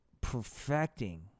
perfecting